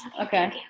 Okay